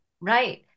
Right